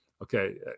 Okay